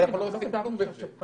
אבל לא עושים כלום בזה.